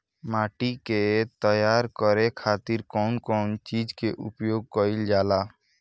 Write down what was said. माटी के तैयार करे खातिर कउन कउन चीज के प्रयोग कइल जाला?